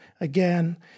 again